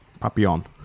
Papillon